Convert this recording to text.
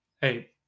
hey